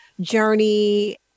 journey